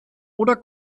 oder